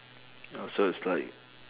oh so it's like